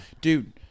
Dude